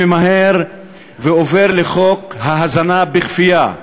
אני ממהר ועובר לחוק ההזנה בכפייה.